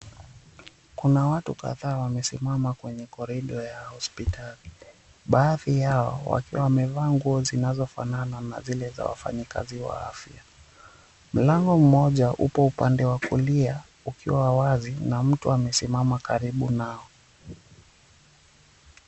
Kuna watu kadhaa wamesimama kwenye corridor ya hospitali. Baadhi yao wakiwa wamevaa nguo zinazofanana na zile za wafanyikazi wa afya. Mlango mmoja upo upande wa kulia ukiwa wazi na mtu amesimama karibu nao.